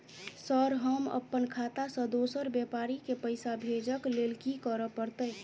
Sir हम अप्पन खाता सऽ दोसर व्यापारी केँ पैसा भेजक लेल की करऽ पड़तै?